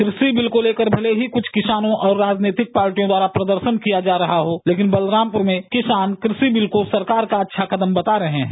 कृषि बिल को लेकर भले ही कृष्ठ किसानों और राजनैतिक पार्टियों द्वारा प्रदर्शन किया जा रहा हो लेकिन बलरामपुर में किसान कृषि बिल को सरकार का अच्छा कदम बता रहे हैं